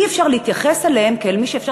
אי-אפשר להתייחס אליהם כאל מי שאפשר